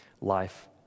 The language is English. Life